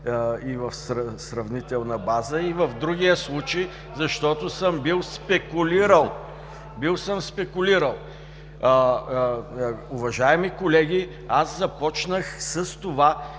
и в сравнителна база и в другия случай, защото съм бил спекулирал. Бил съм спекулирал! Уважаеми колеги, аз започнах с това,